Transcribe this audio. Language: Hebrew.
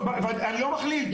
אני לא מכליל.